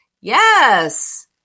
Yes